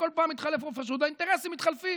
בכל פעם מתחלף ראש רשות והאינטרסים מתחלפים.